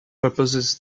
purposes